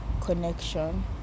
connection